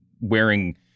wearing